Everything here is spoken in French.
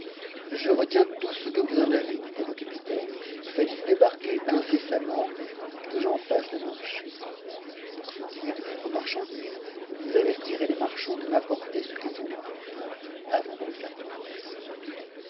je retiens tout ce que vous en avez dit-elle au caj'itainc faites-les débarquer incessamment que j'en fasse le marché pour ce qui est des autres marchandises vous avertirez tes marchands c m'apporter ce qu'ils ont de plus beau avant de le faire voir à personne